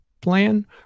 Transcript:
plan